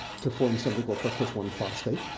to form something called fructose one phosphate.